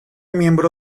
miembro